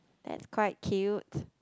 that's quite cute